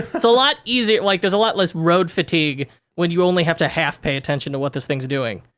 it's a lot easier, like, there's a lot less road fatigue when you only have to half pay attention to what this thing's doing.